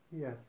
Yes